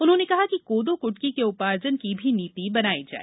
उन्होंने कहा कि कोदो कुटकी के उपार्जन की भी नीति बनाई जाए